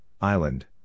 Island